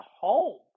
home